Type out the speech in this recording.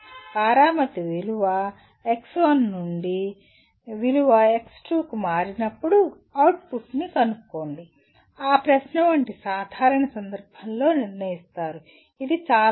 పారామితి విలువ x1 నుండి విలువ x2 కు మారినప్పుడు అవుట్పుట్ను కనుగొనండి ఆ ప్రశ్న వంటి సాధారణ సందర్భంలో నిర్ణయిస్తారు ఇది చాలా సులభం